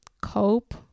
cope